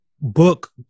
book